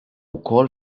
wkoll